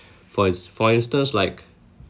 for ins~ for instance like